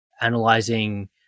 analyzing